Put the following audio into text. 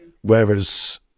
whereas